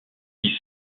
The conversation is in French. qui